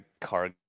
car